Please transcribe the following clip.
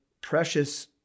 precious